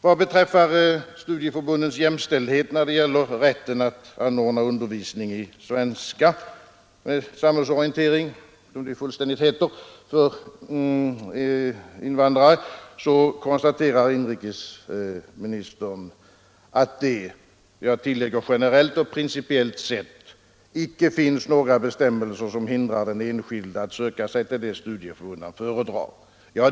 Vad beträffar studieförbundens jämställdhet när det gäller rätten att anordna undervisning i svenska med samhällsorientering — som den fullständiga lydelsen är — för invandrare, så konstaterar inrikesministern att det — jag tillägger: generellt och principiellt sett — icke finns några bestämmelser som hindrar den enskilde att söka sig till det studieförbund han föredrar.